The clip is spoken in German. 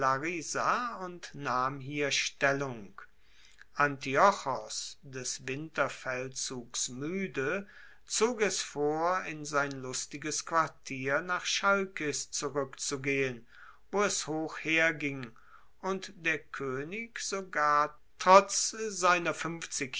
und nahm hier stellung antiochos des winterfeldzugs muede zog es vor in sein lustiges quartier nach chalkis zurueckzugehen wo es hoch herging und der koenig sogar trotz seiner fuenfzig